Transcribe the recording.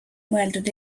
mõeldud